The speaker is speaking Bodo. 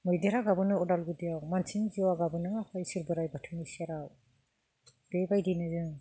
मैदेरा गाबोनो अदाल गुदियाव मानसिनि जिउआ गाबोनो आफा इसोर बोराइ बाथौनि सेराव बेबायदिनो जों